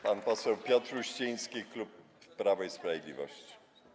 Pan poseł Piotr Uściński, klub Prawo i Sprawiedliwość.